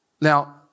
now